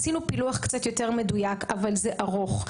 עשינו פילוח קצת יותר מדויק, אבל זה ארוך.